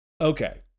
Okay